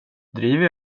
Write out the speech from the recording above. driver